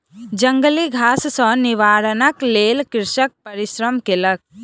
जंगली घास सॅ निवारणक लेल कृषक परिश्रम केलक